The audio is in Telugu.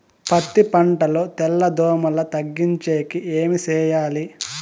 పత్తి పంటలో తెల్ల దోమల తగ్గించేకి ఏమి చేయాలి?